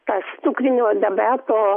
tas cukrinio debeto